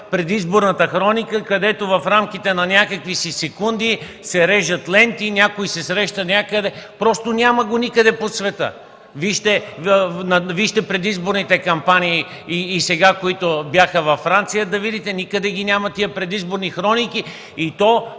предизборната хроника, където в рамките на някакви си секунди се режат ленти, някой се среща някъде. Просто го няма никъде по света. Вижте предизборните кампании, които бяха сега във Франция, да видите – никъде ги няма тези предизборни хроники и то